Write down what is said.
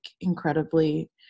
incredibly